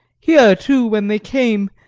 here, too, when they came,